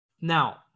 Now